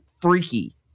freaky